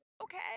okay